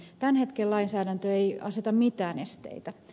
tämän hetken lainsäädäntö ei aseta mitään esteitä